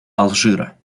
алжира